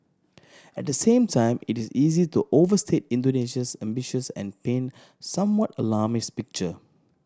at the same time it is easy to overstate Indonesia's ambitions and paint somewhat alarmist picture